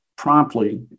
promptly